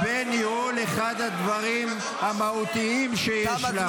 ----- בניהול אחד הדברים המהותיים שיש לה.